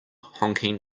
honking